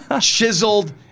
chiseled